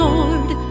Lord